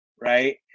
right